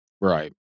Right